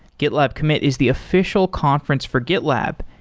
gitlab commit is the official conference for gitlab.